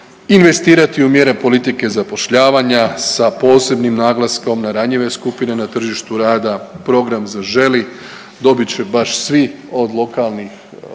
investirati u mjere politike zapošljavanja sa posebnim naglaskom na ranjive skupine na tržištu rada, program „Zaželi“ dobit će baš svi od lokalnih jedinica